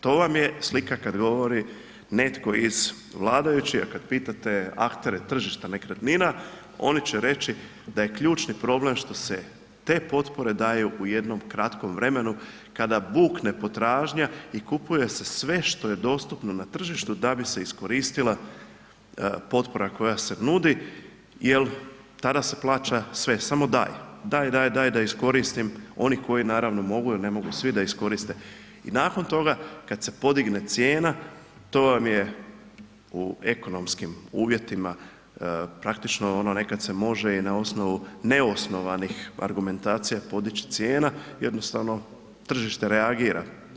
To vam je slika kad govori netko iz vladajućih, a kad pitate aktere tržišta nekretnina, oni će reći da je ključni problem što se te potpore daju u jednom kratkom vremenu kada bukne potražnja i kupuje se sve što je dostupno na tržištu da bi se iskoristila potpora koja se nudi jer tada se plaća sve, samo daj, daj, daj, da iskoristim, oni koji naravno mogu jer ne mogu svi da iskoriste i nakon toga, kada se podigne cijena, to vam je u ekonomskim uvjetima praktično nekad se može i na osnovnu neosnovanih argumentacija podići cijena, jednostavno tržište reagira.